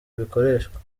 bikoreshwa